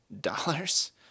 dollars